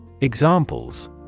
Examples